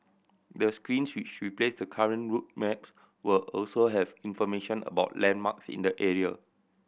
the screens which replace the current route maps will also have information about landmarks in the area